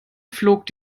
flog